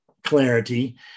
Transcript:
Clarity